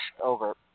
Over